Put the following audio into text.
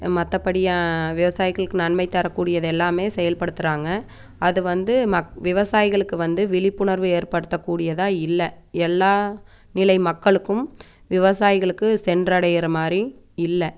மற்றபடி விவசாயிகளுக்கு நன்மை தர கூடியது எல்லாமே செயல்ப்படுத்துறாங்க அதை வந்து மக் விவசாயிகளுக்கு வந்து விழிப்புணர்வு ஏற்படுத்த கூடியதாக இல்லை எல்லா நிலை மக்களுக்கும் விவசாயிகளுக்கு சென்றடைகிற மாதிரி இல்லை